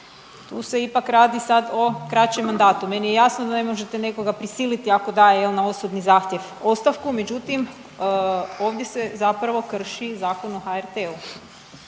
Tu se ipak sad radi o kraćem mandatu. Meni je jasno da ne možete nekoga prisiliti ako daje jel na osobni zahtjev ostavku, međutim ovdje se zapravo krši Zakon o HRT-u.